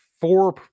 four